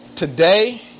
Today